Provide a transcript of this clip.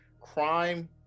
crime